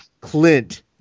Clint